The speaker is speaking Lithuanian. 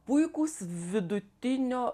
puikūs vidutinio